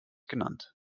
genannt